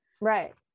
Right